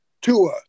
Tua